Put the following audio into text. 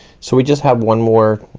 so we just have one more,